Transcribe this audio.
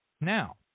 Now